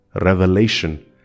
revelation